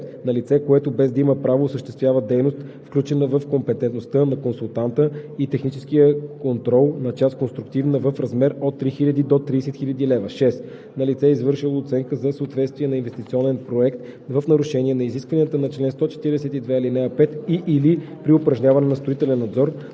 на лице, което, без да има право, осъществява дейност, включена в компетентността на консултанта и техническия контрол за част „Конструктивна“ – в размер от 3000 до 30 000 лв.; 6. на лице, извършило оценка за съответствие на инвестиционен проект в нарушение на изискванията на чл. 142, ал. 5 и/или при упражняване на строителен надзор